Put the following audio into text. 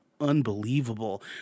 unbelievable